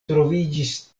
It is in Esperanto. troviĝis